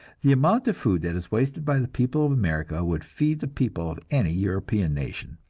the amount of food that is wasted by the people of america would feed the people of any european nation.